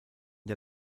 der